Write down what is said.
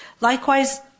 Likewise